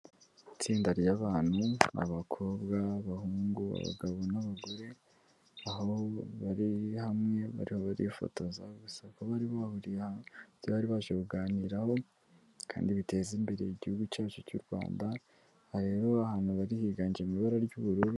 Itsinda ry'abantu, abakobwa, abahungu, abagabo n'abagore, aho bari hamwe barimo barifotoza, gusa bakaba bari baje kuganiraho kandi biteza imbere igihugu cyacu cy'u Rwanda, aha rero ahantu bari higanje mu ibara ry'ubururu.